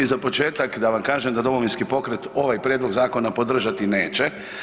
Za početak da vam kažem da Domovinski pokret ovaj prijedlog zakona podržati neće.